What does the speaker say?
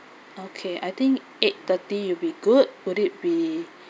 okay I think eight thirty will be good would it be